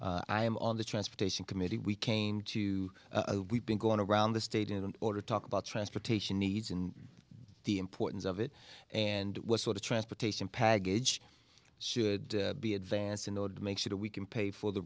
am on the transportation committee we came to we've been going around the state in order to talk about transportation needs and the importance of it and what sort of transportation pag age should be advanced in order to make sure that we can pay for the